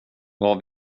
vad